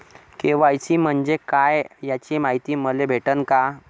KYC म्हंजे काय याची मायती मले भेटन का?